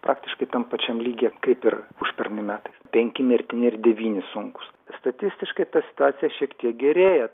praktiškai tam pačiam lygyje kaip ir užpernai metai penki mirtini ir devyni sunkūs statistiškai ta situacija šiek tiek gerėja